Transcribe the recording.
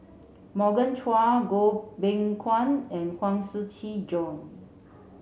Morgan Chua Goh Beng Kwan and Huang Shiqi Joan